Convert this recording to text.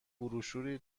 بروشوری